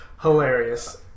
hilarious